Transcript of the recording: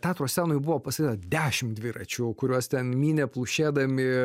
teatro scenoj buvo pastatyta dešim dviračių kuriuos ten mynė plušėdami